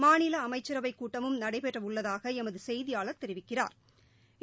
மாநிலஅமைச்சரவைக் கூட்டமும் நடைபெறவுள்ளதாகஎமதுசெய்தியாளா் தெரிவிக்கிறாா்